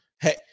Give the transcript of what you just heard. Hey